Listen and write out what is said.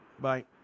Bye